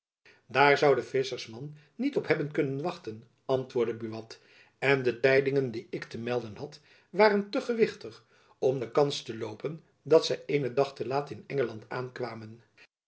daar zoû de visschersman niet op hebben kunnen wachten antwoordde buat en de tijdingen die ik te melden had waren te gewichtig om de kans te loopen dat zy eenen dag te laat in engeland aankwamen